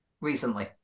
recently